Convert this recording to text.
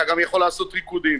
אתה גם יכול לעשות ריקודים.